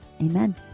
Amen